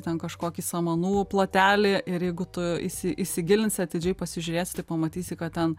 ten kažkokį samanų plotelį ir jeigu tu įsi įsigilinsi atidžiai pasižiūrėsi pamatysi kad ten